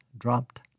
Dropped